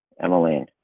Emmeline